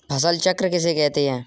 फसल चक्र किसे कहते हैं?